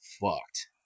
fucked